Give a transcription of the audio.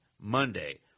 Monday